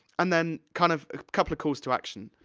and then, kind of, a couple of calls to action.